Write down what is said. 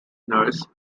nurse